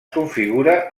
configura